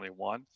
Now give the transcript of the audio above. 2021